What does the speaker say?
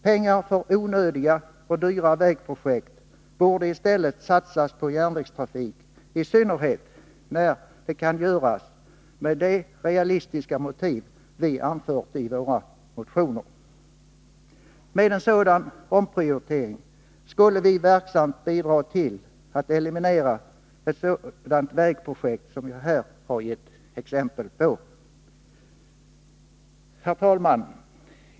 Pengar för onödiga och dyra vägprojekt borde i stället satsas på järnvägstrafik, i synnerhet när det kan göras med de realistiska motiv som vi har anfört i våra motioner. Med en sådan omprioritering skulle vi verksamt bidra till att eliminera ett sådant vägprojekt som det jag här har gett exempel på. Herr talman!